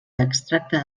extracte